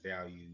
value